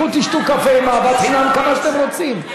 תלכו ותשתו קפה עם אהבת חינם כמה שאתם רוצים,